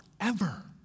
forever